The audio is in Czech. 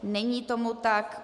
Není tomu tak.